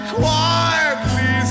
quietly